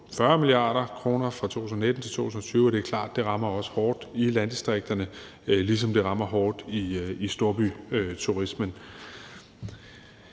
40 mia. kr. fra 2019 til 2020, og det er klart, at det også rammer hårdt i landdistrikterne, ligesom det rammer storbyturismen